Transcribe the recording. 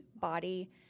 body